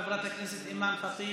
חבר הכנסת עופר כסיף,